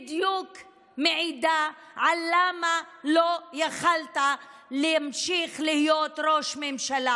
מעידה בדיוק למה לא יכולת להמשיך להיות ראש ממשלה.